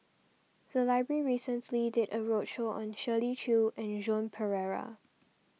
the library recently did a roadshow on Shirley Chew and Joan Pereira